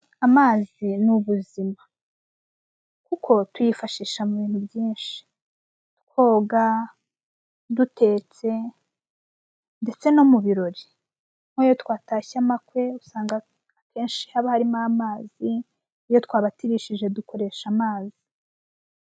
Amazi nubuzima kuko tuyifashisha mubintu byinshi, koga, dutetse ndetse no mubirori. nkiyo twatashye amakwe usanga kenshi haba harimo amazi iyo twabatirishije dukoresha amazi.